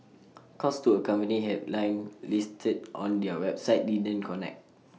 calls to A company helpline listed on their website didn't connect